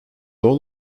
all